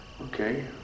okay